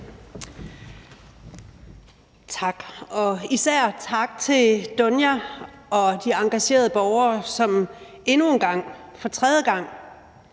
Og især tak til Dunja og de engagerede borgere, som endnu en gang, for tredje gang,